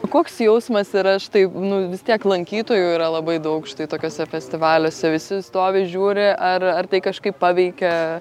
koks jausmas yra štai nu vis tiek lankytojų yra labai daug štai tokiuose festivaliuose visi stovi žiūri ar ar tai kažkaip paveikia